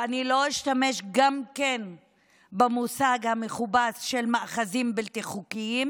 ואני לא אשתמש גם במושג המכובס של "מאחזים בלתי חוקיים";